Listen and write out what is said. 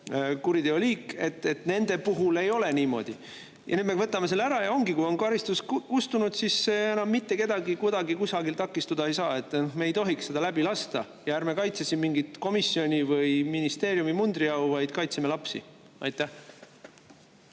kuriteoliik, et nende puhul ei ole niimoodi. Nüüd me võtame selle [eelnõust] ära, ja ongi nii, et kui on karistus kustunud, siis see enam mitte kedagi mitte kuidagi mitte kusagil takistada ei saa. Me ei tohiks seda läbi lasta. Ja ärme kaitse siin mingit komisjoni või ministeeriumi mundriau, vaid kaitseme lapsi. Aitäh!